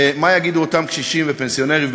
מה יגידו אותם קשישים ופנסיונרים?